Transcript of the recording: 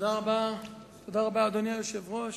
אדוני היושב-ראש,